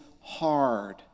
hard